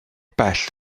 bell